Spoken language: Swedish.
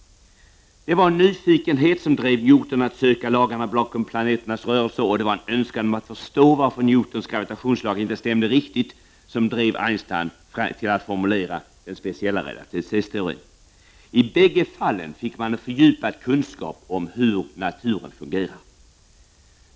Det var nyfikenhet som drev Newton att söka lagarna bakom planeternas rörelser, och det var en önskan om att förstå varför Newtons gravitationslag inte stämde riktigt som drev Einstein till att formulera den speciella relativitetsteorin. I bägge fallen fick man en fördjupad kunskap om hur naturen fungerar.